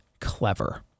Clever